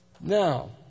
Now